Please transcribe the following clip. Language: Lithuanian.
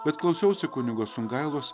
bet klausiausi kunigo sungailos